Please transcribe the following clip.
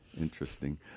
interesting